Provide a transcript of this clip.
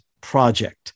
project